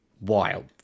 wild